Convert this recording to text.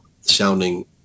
sounding